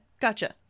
gotcha